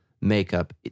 makeup